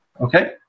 Okay